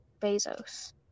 Bezos